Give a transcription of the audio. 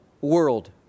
world